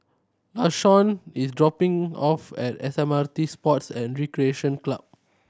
Lashawn is dropping off at S M R T Sports and Recreation Club